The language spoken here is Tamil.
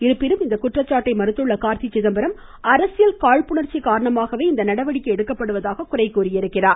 இருப்பினும் இந்த குற்றச்சாட்டை மறுத்துள்ள கார்த்தி சிதம்பரம் அரசியல் காழ்ப்புணர்ச்சி காரணமாகவே இந்நடவடிக்கை எடுக்கப்படுவதாக குறை கூறியுள்ளார்